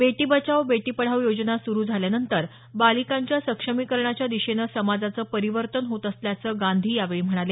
बेटी बचाओ बेटी पढाओ योजना सुरु झाल्यानंतर बालिकांच्या सक्षमीकरणाच्या दिशेनं समाजाचं परिवर्तन होत असल्याचं गांधी यावेळी म्हणाल्या